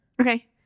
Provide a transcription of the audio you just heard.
Okay